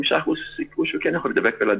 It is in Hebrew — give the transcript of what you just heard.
5% סיכוי שהוא כן יכול להידבק ולהדביק,